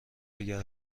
اگر